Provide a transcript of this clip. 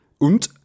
Und